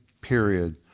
period